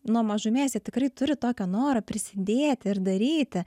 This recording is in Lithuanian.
nuo mažumės jie tikrai turi tokio noro prisidėti ir daryti